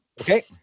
Okay